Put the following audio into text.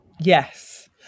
Yes